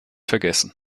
vergessen